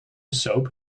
soap